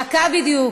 דקה בדיוק.